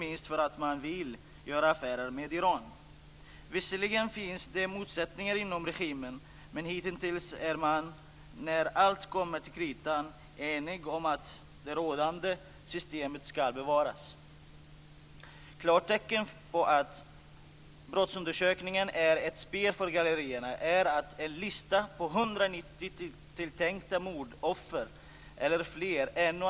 Under FN:s MR-arbete i början av 50-talet blev det allt tydligare att medan västländerna tycktes sätta de medborgerliga och politiska rättigheterna högst, gjorde kommuniststaterna och ett växande antal u-länder en annan rangordning med sociala och ekonomiska rättigheter överst. Denna skillnad består än i dag. Det är inte för ro skull FN:s rättighetsförklaring har ordet universell i sitt namn.